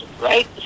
right